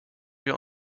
wir